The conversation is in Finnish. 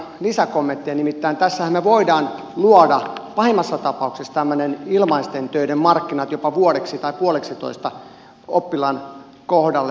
nimittäin tässähän me voimme luoda pahimmassa tapauksessa ilmaisten töiden markkinat jopa vuodeksi tai puoleksitoista oppilaan kohdalla